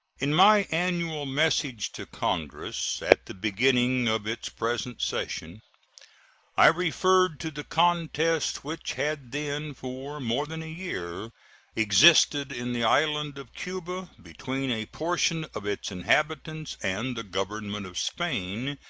in my annual message to congress at the beginning of its present session i referred to the contest which had then for more than a year existed in the island of cuba between a portion of its inhabitants and the government of spain,